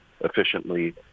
efficiently